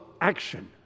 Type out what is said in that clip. action